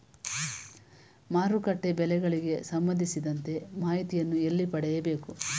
ಮಾರುಕಟ್ಟೆ ಬೆಲೆಗಳಿಗೆ ಸಂಬಂಧಿಸಿದಂತೆ ಮಾಹಿತಿಯನ್ನು ಎಲ್ಲಿ ಪಡೆಯಬೇಕು?